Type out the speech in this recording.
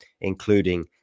including